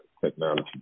technology